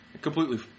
Completely